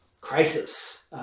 crisis